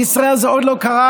בישראל זה עוד לא קרה.